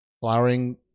flowering